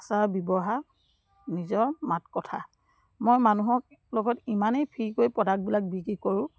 আচাৰ ব্যৱহাৰ নিজৰ মাত কথা মই মানুহক লগত ইমানেই ফ্ৰীকৈ প্ৰডাক্টবিলাক বিক্ৰী কৰোঁ